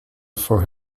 for